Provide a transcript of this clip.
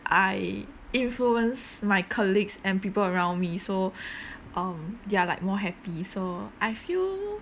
I influence my colleagues and people around me so um they are like more happy so I feel